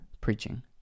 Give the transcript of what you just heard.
preaching